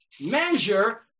measure